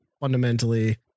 fundamentally